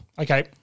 okay